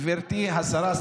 גברתי השרה,